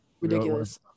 Ridiculous